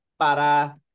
para